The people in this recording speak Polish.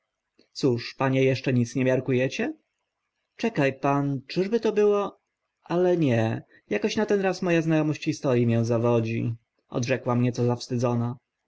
cóż panie eszcze nic nie miarku ecie czeka pan czy by to było ale nie jakoś na ten raz mo a zna omość historii mię zawodzi odrzekłam nieco zawstydzona